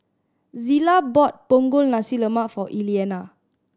Zillah bought Punggol Nasi Lemak for Elliana